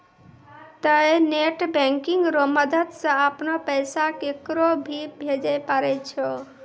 तोंय net banking रो मदद से अपनो पैसा केकरो भी भेजै पारै छहो